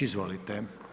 Izvolite.